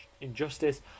injustice